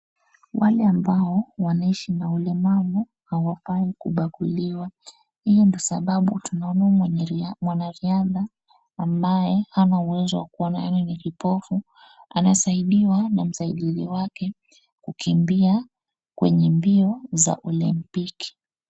Wale ambao wanaishi na ulemavu hawafai kibaguliwa , hi ni sababu tunaona mwanariadha ambaye hana uwezo wa kuona , yani ni kipofu ,anasaidiwa na msaidizi wake, kukimbia kwenye mbio za olimpiki.